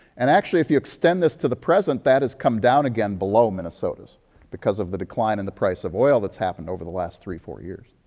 and actually, if you extend this to the present, that has come down again below minnesota's because of the decline in the price of oil that's happened over the last three or four years.